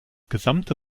gesamte